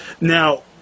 Now